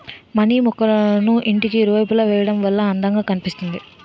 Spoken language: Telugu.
మనీ మొక్కళ్ళను ఇంటికి ఇరువైపులా వేయడం వల్ల అందం గా కనిపిస్తుంది